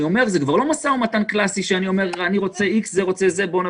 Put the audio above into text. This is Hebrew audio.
זה כבר לא משא ומתן קלאסי שאני אומר: אני רוצה משהו אחד והשני משהו אחר.